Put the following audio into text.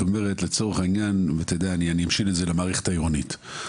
לצורך העניין אני אמשיל את זה למערכת העירונית.